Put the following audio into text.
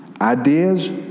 ideas